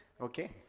Okay